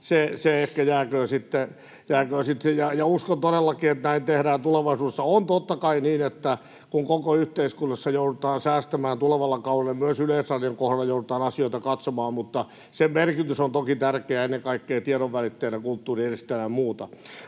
se ehkä jääköön sitten... Uskon todellakin, että näin tehdään tulevaisuudessa. On totta kai niin, että kun koko yhteiskunnassa joudutaan säästämään tulevalla kaudella, niin myös Yleisradion kohdalla joudutaan asioita katsomaan, mutta sen merkitys on toki tärkeä ennen kaikkea tiedon välittäjänä, kulttuurin edistäjänä ja muuta.